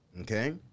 Okay